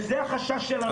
זה היה החשש שלנו.